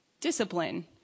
discipline